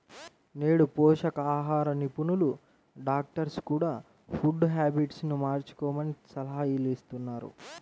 నేడు పోషకాహార నిపుణులు, డాక్టర్స్ కూడ ఫుడ్ హ్యాబిట్స్ ను మార్చుకోమని సలహాలిస్తున్నారు